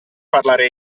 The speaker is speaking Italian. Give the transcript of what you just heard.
parlare